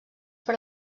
per